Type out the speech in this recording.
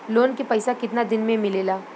Loan के पैसा कितना दिन मे मिलेला?